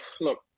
Look